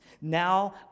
Now